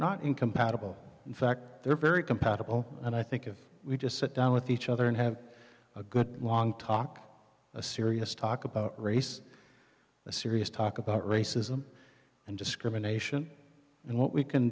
not incompatible in fact they're very compatible and i think if we just sit down with each other and have a good long talk a serious talk about race a serious talk about racism and discrimination and what we can